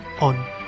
on